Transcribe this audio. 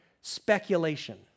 speculation